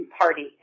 party